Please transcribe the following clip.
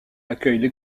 accueillent